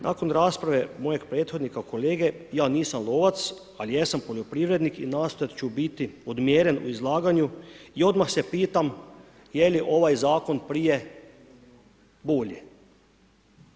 Nakon rasprave mojeg prethodnika kolege, ja nisam lovac, ali jesam poljoprivrednik i nastojat ću biti odmjeren u izlaganju i odmah se pitam je li ovaj zakon prije bolje.